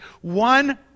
one